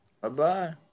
Bye-bye